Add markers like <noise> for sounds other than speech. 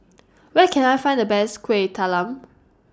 <noise> Where Can I Find The Best Kueh Talam